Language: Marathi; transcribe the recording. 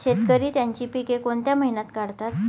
शेतकरी त्यांची पीके कोणत्या महिन्यात काढतात?